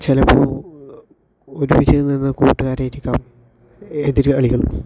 ചിലപ്പോൾ ഒരുമിച്ച് നിന്ന കൂട്ടുകാരായിരിക്കാം എതിരാളികൾ